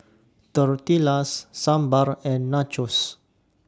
Tortillas Sambar and Nachos